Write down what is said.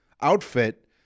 outfit